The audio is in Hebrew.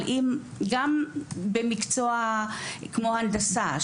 גם במקצוע כמו הנדסה,